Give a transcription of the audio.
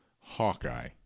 Hawkeye